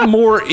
more